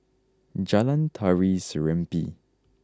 Jalan Tari Serimpi